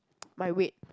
my weight